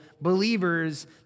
believers